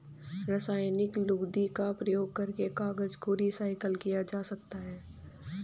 रासायनिक लुगदी का प्रयोग करके कागज को रीसाइकल किया जा सकता है